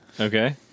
Okay